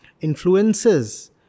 influences